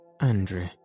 Andrew